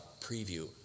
preview